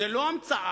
זה לא המצאה,